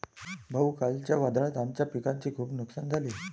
भाऊ, कालच्या वादळात आमच्या पिकाचे खूप नुकसान झाले